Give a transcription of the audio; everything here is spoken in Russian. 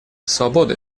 свободы